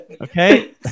Okay